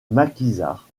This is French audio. maquisards